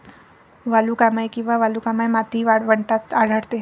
वालुकामय किंवा वालुकामय माती वाळवंटात आढळते